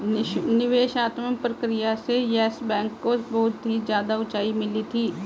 निवेशात्मक प्रक्रिया से येस बैंक को बहुत ही ज्यादा उंचाई मिली थी